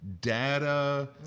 data